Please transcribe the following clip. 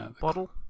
bottle